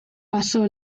pasó